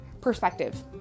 perspective